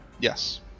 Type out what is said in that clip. Yes